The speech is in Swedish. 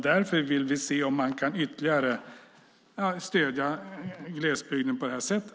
Därför vill vi se om man ytterligare kan stödja glesbygden på det här sättet.